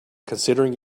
considering